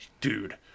dude